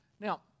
Now